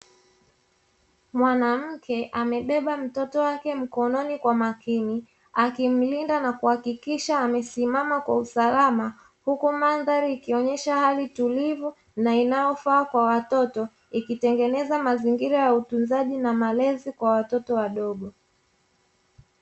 Mwanamke anabeba mtoto wake mkononi kwa makini akimlinda na kuhakikisha anasimama kwa usalama, huku mandhari ikionyesha hali tulivu na inayofaa kwa watoto ikitengeneza mazingira ya utunzaji na malezi kwa watoto wadogo.